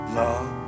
love